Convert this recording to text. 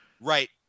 Right